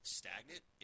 stagnant